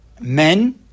men